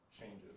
changes